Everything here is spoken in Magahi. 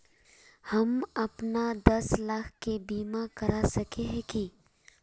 हम अपन दस साल के बीमा करा सके है की?